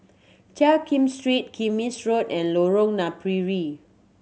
Jiak Kim Street Kismis Road and Lorong Napiri